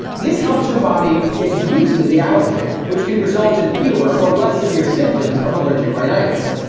this helps your body get used to the allergen, which can result in fewer or less severe symptoms of allergic rhinitis.